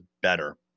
better